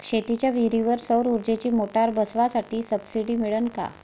शेतीच्या विहीरीवर सौर ऊर्जेची मोटार बसवासाठी सबसीडी मिळन का?